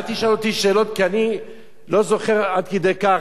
אל תשאל אותי שאלות, כי אני לא זוכר עד כדי כך.